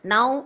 Now